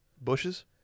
Bushes